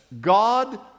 God